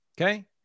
Okay